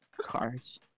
cars